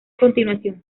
continuación